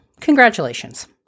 congratulations